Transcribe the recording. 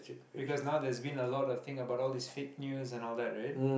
because now there's been a lot of thing about all this fake news and all that right